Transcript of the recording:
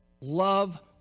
Love